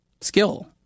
skill